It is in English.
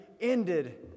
ended